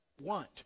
want